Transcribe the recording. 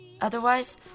Otherwise